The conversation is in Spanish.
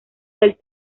del